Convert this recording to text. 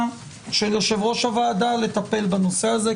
של יושב ראש הוועדה לטפל בנושא הזה,